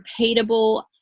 repeatable